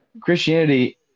Christianity